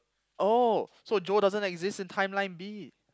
oh so Joe doesn't exist in timeline B